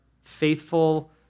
faithful